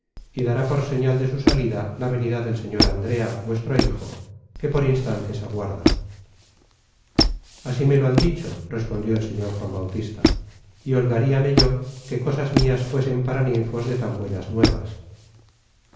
y dará por señal de su salida la venida del señor andrea vuestro hijo que por instantes aguarda content from google book search generated at una así me lo han dicho respondió el señor juan bautista y holgaríame yo que cosas mias fuesen paraninfos de tan buenas nuevas